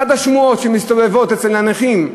אחת השמועות שמסתובבות אצל הנכים,